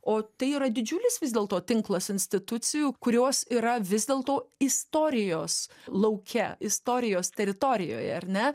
o tai yra didžiulis vis dėlto tinklas institucijų kurios yra vis dėl to istorijos lauke istorijos teritorijoje ar ne